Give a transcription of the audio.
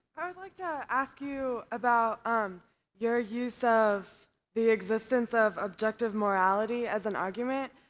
i would like to ask you about um your use of the existence of objective morality as an argument.